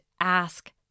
ask